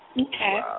Okay